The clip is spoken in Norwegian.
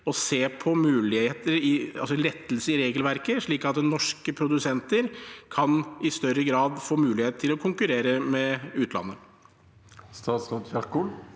å se på mulige lettelser i regelverket, slik at norske produsenter i større grad kan få mulighet til å konkurrere med utlandet?